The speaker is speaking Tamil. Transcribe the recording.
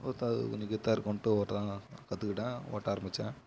பார்த்தா அது கொஞ்சம் கெத்தாக இருக்குனுட்டு ஓட்டுற தான் நான் கற்றுக்கிட்டேன் ஓட்ட ஆரம்பித்தேன்